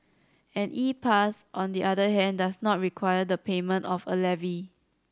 an E Pass on the other hand does not require the payment of a levy